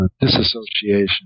disassociation